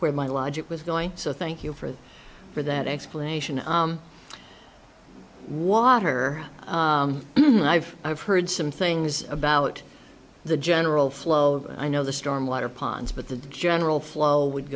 where my logic was going so thank you for for that explanation why her i've i've heard some things about the general flow i know the stormwater ponds but the general flow w